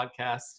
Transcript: podcast